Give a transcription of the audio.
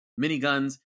miniguns